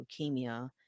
leukemia